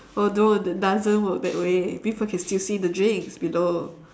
oh no it doesn't work that way people can still see the drinks below